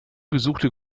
besuchte